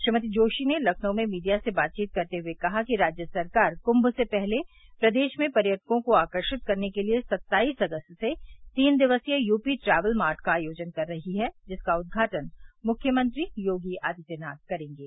श्रीमती जोशी लखनऊ में मीडिया से बातवीत करते हुए कहा कि राज्य सरकार कुंम से पहले प्रदेश में पर्यटकों को आकर्षित करने के लिए सत्ताईस अगस्त से तीन दिवसीय यूपी ट्रैवल मार्ट का आयोजन कर रही है जिसका उद्घाटन मुख्यमंत्री योगी आदित्यनाथ करेंगे